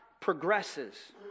progresses